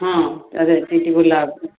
ಹಾಂ ಅದೇ ಗುಲಾಬಿ